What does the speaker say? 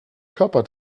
körper